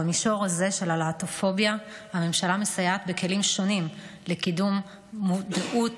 במישור הזה של הלהט"בופוביה הממשלה מסייעת בכלים שונים לקידום מודעות,